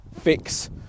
fix